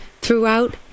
throughout